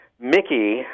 Mickey